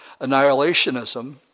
annihilationism